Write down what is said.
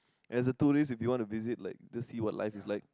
as a two days if you want to visit like to see what life is like